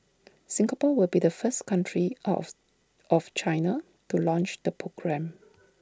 Singapore will be the first country of China to launch the programme